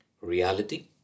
Reality